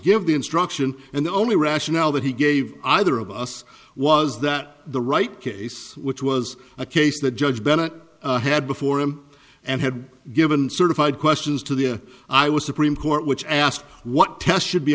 give the instruction and the only rationale that he gave either of us was that the right case which was a case the judge bennett had before him and had given certified questions to the i was supreme court which asked what test should be